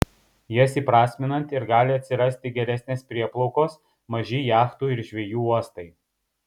jas įprasminant ir gali atsirasti geresnės prieplaukos maži jachtų ir žvejų uostai